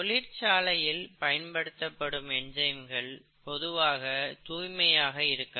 தொழிற்சாலையில் பயன்படுத்தப்படும் என்சைம்கள் பொதுவாக தூய்மையாக இருக்காது